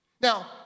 Now